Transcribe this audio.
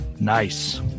Nice